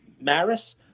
Maris